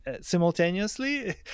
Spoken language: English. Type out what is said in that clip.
simultaneously